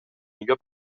millor